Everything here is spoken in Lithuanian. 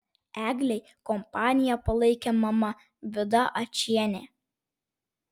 eglei kompaniją palaikė mama vida ačienė